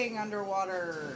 underwater